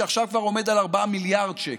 שעכשיו כבר עומד על 4 מיליארד שקל,